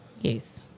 Yes